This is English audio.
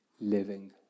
living